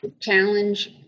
challenge